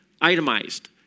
itemized